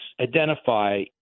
identify